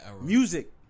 Music